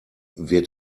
wird